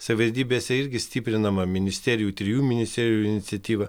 savivaldybėse irgi stiprinama ministerijų trijų ministerijų iniciatyva